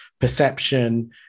perception